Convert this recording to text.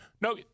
No